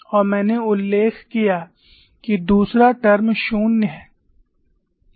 और मैंने उल्लेख किया कि दूसरा टर्म 0 है